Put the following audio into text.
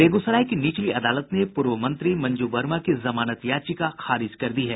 बेगूसराय की निचली अदालत ने पूर्व मंत्री मंजू वर्मा की जमानत याचिका खारिज कर दी है